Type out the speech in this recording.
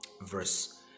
verse